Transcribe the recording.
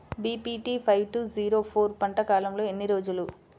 BPT five two zero four పంట కాలంలో ఎన్ని రోజులు?